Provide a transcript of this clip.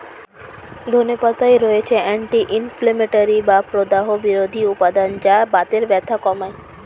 ধনে পাতায় রয়েছে অ্যান্টি ইনফ্লেমেটরি বা প্রদাহ বিরোধী উপাদান যা বাতের ব্যথা কমায়